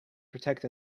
protect